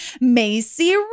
macy